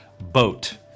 boat